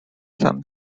same